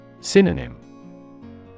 Synonym